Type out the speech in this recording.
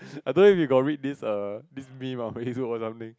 I don't know if you got read this err this meme on Facebook or something